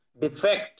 defect